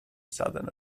southern